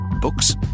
Books